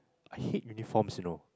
I hate uniforms you know